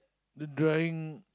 the drying